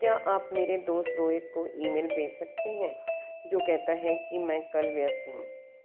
क्या आप मेरे दोस्त रोहित को ईमेल भेज सकते हैं जो कहता है कि मैं कल व्यस्त हूँ